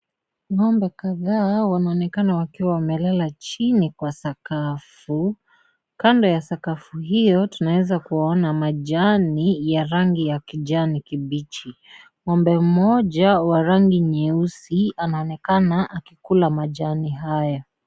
Ngombe kadhaa wanaonekana wakiwa wamelala chini Kwa sakafu .Kando ya sakafu hiyo tunaezakuona majani ya rangi ya kijani kibichi. Ngombe mmoja wa rangi nyeusi anaonekana akikila majani haya.